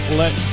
let